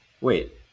Wait